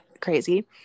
crazy